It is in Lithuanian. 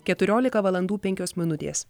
keturiolika valandų penkios minutės